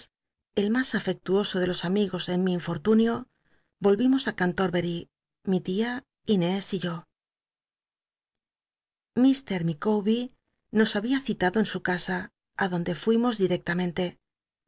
el mas afectuoso de los amigos en mi infortunio volvimos á cantorbery mi l ia inés y yo k micawbet nos babia citado en su casa ít donde fuimos directamente